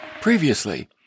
previously